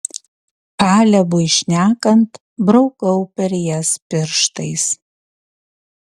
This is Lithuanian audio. kalebui šnekant braukau per jas pirštais